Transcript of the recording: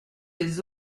des